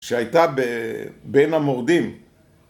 שהייתה בין המורדים